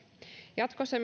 jatkossa